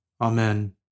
Amen